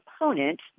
opponent